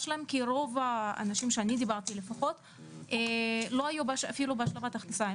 שלהם כי רוב האנשים שאני דיברתי איתם לא היו אפילו בהשלמת הכנסה,